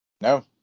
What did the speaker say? No